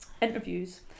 interviews